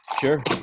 Sure